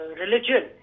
religion